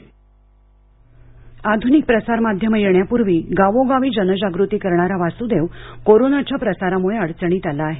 वासदेव जळगाव आधुनिक प्रसार माध्यमं येण्यापूर्वी गावोगावी जनजागृती करणारा वासुदेव कोरोनाच्या प्रसाराम्ळे अडचणीत आला आहे